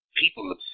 People